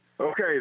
okay